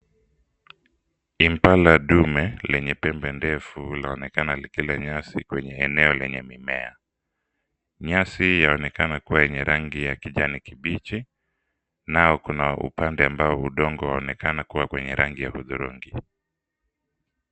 Impala dume lenye pembe ndefu laonekana likila nyasi kwenye eneo lenye mimea. Nyasi yaonekana kuwa yenye rangi ya kijani kibichi na kuna upande ambao udongo waonekana kuwa kwenye rangi ya hudhurungi.